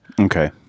Okay